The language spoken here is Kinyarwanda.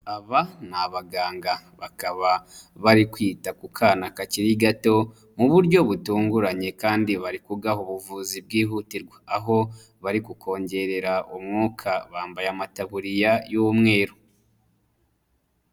Aba ni abaganga, bakaba bari kwita ku kana kakiri gato, mu buryo butunguranye kandi bari kugaha ubuvuzi bwihutirwa, aho bari kongerera umwuka, bambaye amataburiya y'umweru.